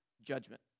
judgment